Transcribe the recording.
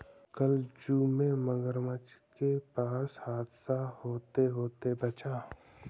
कल जू में मगरमच्छ के पास हादसा होते होते बचा